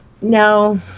no